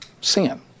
sin